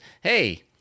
hey